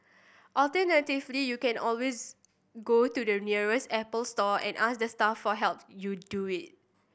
alternatively you can always go to your nearest Apple store and ask the staff for help you do it